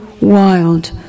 wild